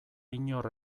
inor